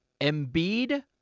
Embiid